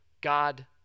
God